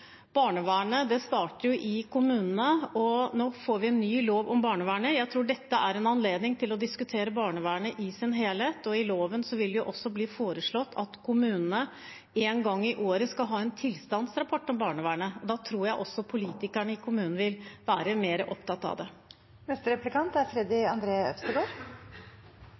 barnevernet mye tydeligere opp. Barnevernet starter i kommunene, og nå får vi en ny lov om barnevernet. Jeg tror dette er en anledning til å diskutere barnevernet i sin helhet. I loven vil det også bli foreslått at kommunene én gang i året skal gi en tilstandsrapport om barnevernet. Da tror jeg også politikerne i kommunene vil være mer opptatt av det.